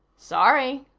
sorry,